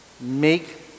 make